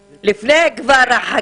אוסאמה, לפני החקיקה.